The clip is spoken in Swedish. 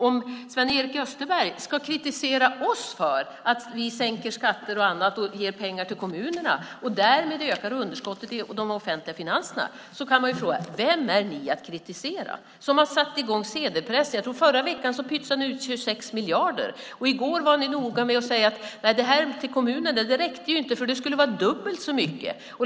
Om Sven-Erik Österberg ska kritisera oss för att vi sänker skatter och annat, ger pengar till kommunerna och därmed ökar underskottet i de offentliga finanserna kan man fråga: Vilka är ni att kritisera som har satt i gång en sedelpress? Förra veckan tror jag att ni pytsade ut 26 miljarder. Och i går var ni noga med att säga att det som ges till kommunerna inte räckte. Det skulle vara dubbelt så mycket.